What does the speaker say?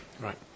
Right